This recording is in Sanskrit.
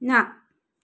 न